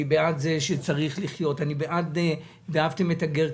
אני בעד "ואהבתם את הגר,